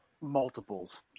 multiples